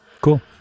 cool